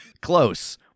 Close